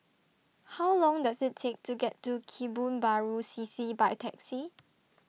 How Long Does IT Take to get to Kebun Baru C C By Taxi